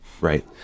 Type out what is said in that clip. Right